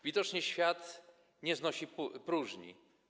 Widocznie świat nie znosi próżni.